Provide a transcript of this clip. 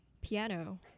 piano